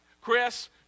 Chris